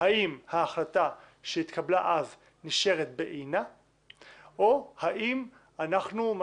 האם ההחלטה שהתקבלה אז נשארת בעינה או האם אנחנו מה